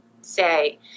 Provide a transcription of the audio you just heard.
say